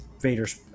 Vader's